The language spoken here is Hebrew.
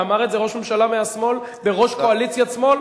אמר את זה ראש ממשלה מהשמאל בראש קואליציית שמאל,